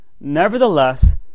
Nevertheless